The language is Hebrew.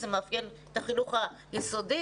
זה מאפיין את החינוך היסודי,